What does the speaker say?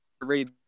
read